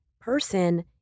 person